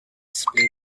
split